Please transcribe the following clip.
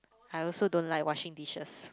I also don't like washing dishes